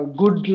good